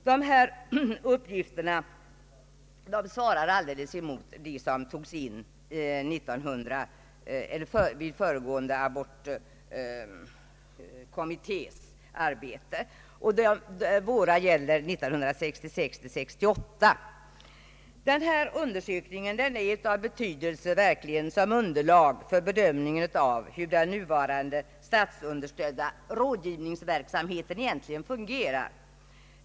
Dessa uppgifter svarar mot dem som togs in av föregående abortkommitté. Våra uppgifter avser åren 1966 till 1968. Denna undersökning är verkligen av betydelse som underlag för bedömningen av hur den nuvarande statsunderstödda rådgivningsverksamheten egentligen fungerar.